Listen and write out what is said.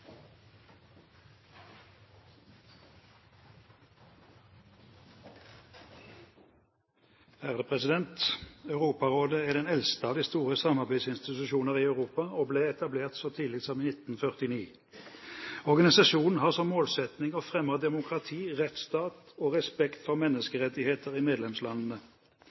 den eldste av de store samarbeidsinstitusjoner i Europa, og ble etablert så tidlig som i 1949. Organisasjonen har som målsetting å fremme demokrati, rettsstat og respekt for menneskerettigheter i medlemslandene.